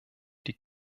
die